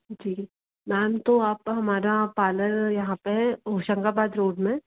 जी ma'am तो आप हमारा पार्लर यहाँ पे होशंगाबाद रोड में